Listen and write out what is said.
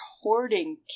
hoarding